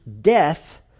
death